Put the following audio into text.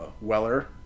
weller